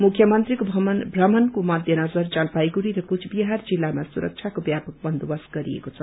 मुख्यमन्त्रीको भ्रमणको मध्यनजर जलपाइगढ़ी र कुच विहार जिल्लामा सुरक्षाको व्यापक बन्दोबस्त गरिएको छ